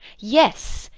yes,